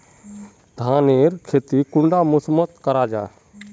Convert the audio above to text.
धानेर खेती कुंडा मौसम मोत करा जा?